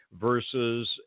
versus